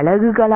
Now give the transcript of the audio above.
அலகுகளா